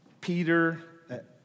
Peter